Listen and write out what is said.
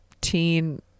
teen